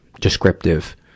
descriptive